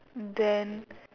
then